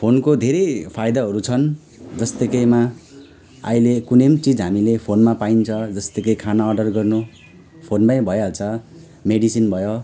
फोनको धेरै फाइदाहरू छन् जस्तो कि नि अहिले कुनै पनि चिज हामीले फोनमा पाइन्छ जस्तै कि खाना अर्डर गर्ने फोनमै भइहाल्छ मेडिसिन भयो